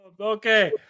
Okay